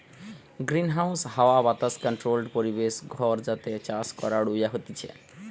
greenhouse হাওয়া বাতাস controlled পরিবেশ ঘর যাতে চাষ করাঢু হতিছে